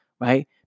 right